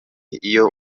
iyo